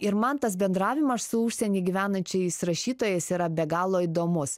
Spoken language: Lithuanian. ir man tas bendravimas su užsieny gyvenančiais rašytojais yra be galo įdomus